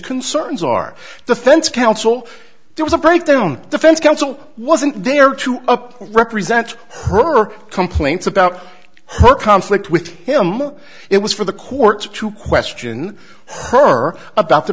concerns are the fence counsel there was a breakdown defense counsel wasn't there to represent her complaints about her conflict with him it was for the courts to question